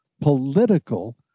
political